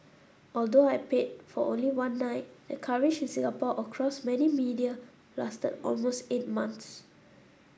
although I payed for only one night the coverage in Singapore across many media lasted almost eight months